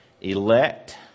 elect